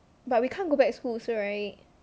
but we can't go back school also right